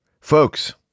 Folks